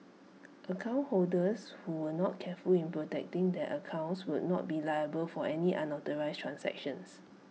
account holders who were not careful in protecting their accounts would not be liable for any unauthorised transactions